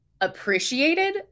appreciated